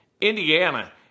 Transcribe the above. Indiana